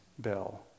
bill